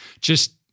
Just-